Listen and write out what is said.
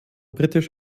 britisch